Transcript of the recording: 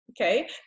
Okay